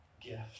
gift